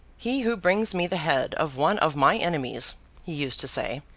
he who brings me the head of one of my enemies he used to say,